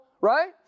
right